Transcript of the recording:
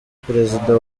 perezida